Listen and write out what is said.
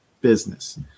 business